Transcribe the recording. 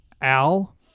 Al